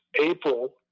April